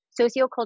sociocultural